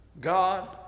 God